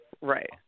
Right